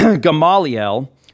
Gamaliel